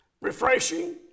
refreshing